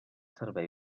servei